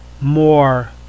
more